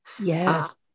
Yes